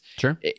Sure